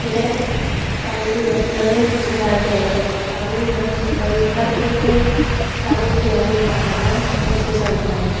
जो है कानूनी व्यवस्था में सुधार किया जा सकता है कानून हर चीज हरि हर कोई को कानून के बारे में पढ़ाना और उसे समझाना